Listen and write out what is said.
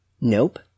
nope